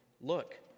Look